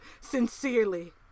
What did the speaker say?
sincerely